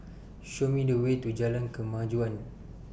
Show Me The Way to Jalan Kemajuan